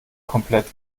komplett